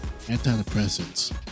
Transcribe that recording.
Antidepressants